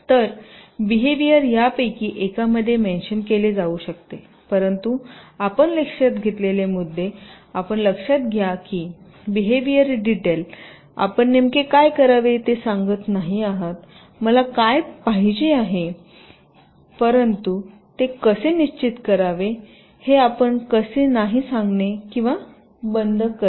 तर बीहेवियर यापैकी एकामध्ये मेन्शन केली जाऊ शकते परंतु आपण लक्षात घेतलेले मुद्दे आपण लक्षात घ्या की बीहेवियर डिटेल आपण नेमके काय करावे ते सांगत नाही आहात मला काय पाहिजे आहे परंतु ते कसे निश्चित करावे हे आपण कसे नाही सांगणे किंवा बंद करणे